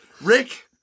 Rick